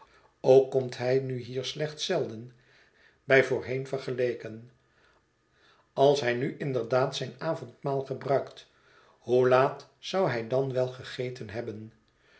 ook komt hij nu hier slechts zelden by voorheen vergeleken als hij nu inderdaad zijn avondmaal gebruikt hoe laat zou hij dan wel gegeten hebben